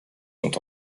sont